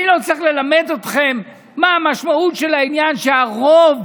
אני לא צריך ללמד אתכם מה המשמעות של העניין שרוב